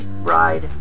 Ride